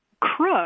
crook